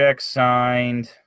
signed